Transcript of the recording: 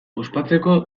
ospatzeko